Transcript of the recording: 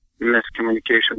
miscommunication